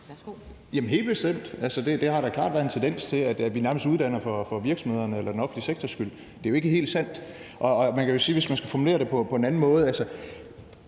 (LA): Jamen helt bestemt – der har klart været en tendens til, at vi nærmest uddanner for virksomhedernes eller den offentlige sektors skyld. Det er jo ikke helt sandt. Hvis man skal formulere det på en anden måde, kan